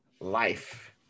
Life